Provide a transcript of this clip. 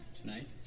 tonight